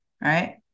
right